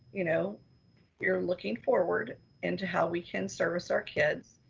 you know you're um looking forward into how we can service our kids.